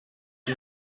sie